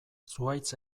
zuhaitz